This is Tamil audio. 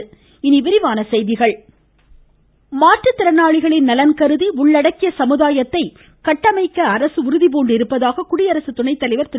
மமமமம வெங்கப்யடநாயுடு மாற்றுத்திறனாளிகளின் நலன்கருதி உள்ளடக்கிய சமுதாயத்தை கட்டமைக்க அரசு உறுதிபூண்டிருப்பதாக குடியரசுத் துணைத்தலைவர் திரு